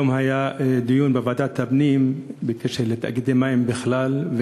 היום היה דיון בוועדת הפנים בקשר לתאגידי מים בכלל,